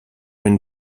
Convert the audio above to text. une